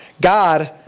God